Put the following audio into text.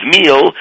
meal